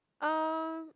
um